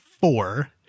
four